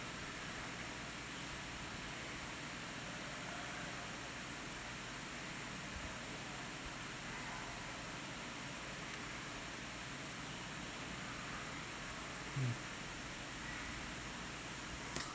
mm